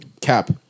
Cap